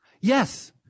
Yes